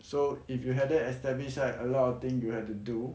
so if you haven't establish right a lot of thing you have to do